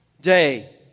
Day